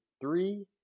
three